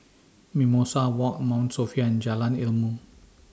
Mimosa Walk Mount Sophia and Jalan Ilmu